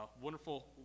wonderful